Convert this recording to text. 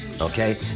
Okay